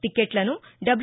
టీక్కెట్లను డబ్లు